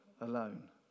alone